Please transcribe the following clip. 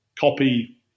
copy